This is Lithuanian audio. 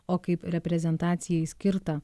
o kaip reprezentacijai skirtą